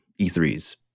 E3s